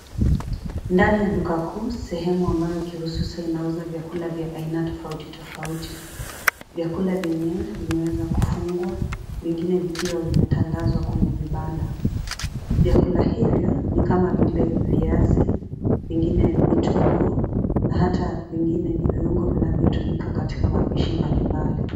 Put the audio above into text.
Ndani ya duka kuu sehemu ambayo kihususa inauuza vyakula vya aina tofauti tofauti. Vyakula vyenyewe vimeweza kufungwa vingine vikiwa vimetandazwa kwenye vibanda. Vyakula hivyo ni kama vile viazi, vingine vitunguu na hata vingine ni viuongo vinavyo tumika katika mapishi mabali mbali.